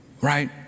Right